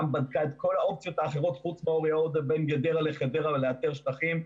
גם בדקה את כל האופציות האחרות בין גדרה לחדרה כדי לאתר שטחים.